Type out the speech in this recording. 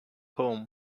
home